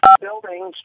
buildings